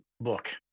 book